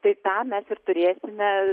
tai tą mes ir turėsime